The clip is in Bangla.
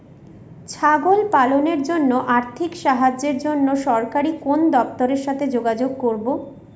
ছাগল পালনের জন্য আর্থিক সাহায্যের জন্য সরকারি কোন দপ্তরের সাথে যোগাযোগ করব?